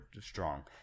strong